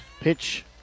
pitch